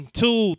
two